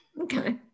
Okay